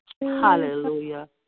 Hallelujah